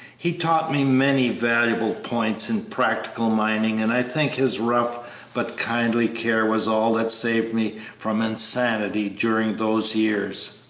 he taught me many valuable points in practical mining, and i think his rough but kindly care was all that saved me from insanity during those years.